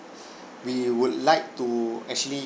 we would like to actually